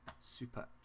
super